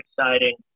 exciting